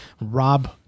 Rob